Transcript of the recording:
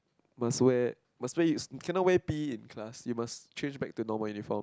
must wear must wear cannot wear P_E in class you must change back to normal uniform